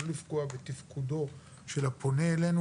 לא לפגוע בתפקודו של הפונה אלינו,